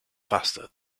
faster